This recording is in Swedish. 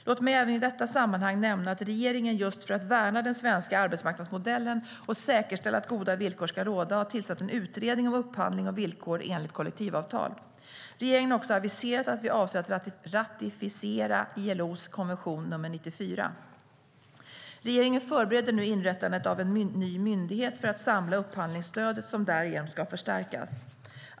Låt mig även i detta sammanhang nämna att regeringen just för att värna den svenska arbetsmarknadsmodellen och säkerställa att goda villkor ska råda har tillsatt en utredning om upphandling och villkor enligt kollektivavtal. Regeringen har också aviserat att vi avser att ratificera ILO:s konvention nr 94. Regeringen förbereder nu inrättandet av en ny myndighet för att samla upphandlingsstödet, som därigenom ska förstärkas.